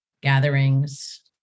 gatherings